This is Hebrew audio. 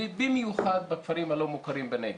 במיוחד בכפרים הלא מוכרים בנגב,